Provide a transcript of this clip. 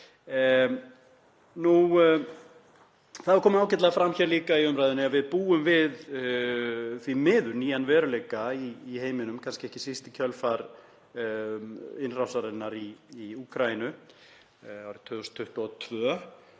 líka komið ágætlega fram í umræðunni að við búum því miður við nýjan veruleika í heiminum, kannski ekki síst í kjölfar innrásarinnar í Úkraínu árið 2022.